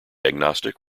agnostic